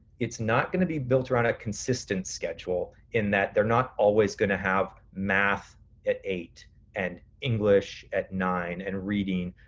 it's not gonna be built around a consistent schedule, in that they're not always gonna have math at eight and english at nine, and reading.